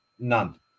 none